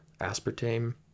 aspartame